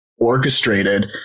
orchestrated